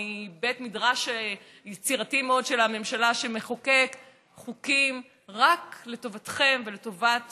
בית מדרש יצירתי מאוד של הממשלה שמחוקק חוקים רק לטובתכם ולטובת